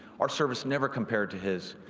our service never compared to his.